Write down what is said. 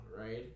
right